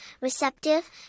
receptive